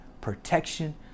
protection